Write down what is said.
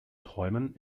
träumen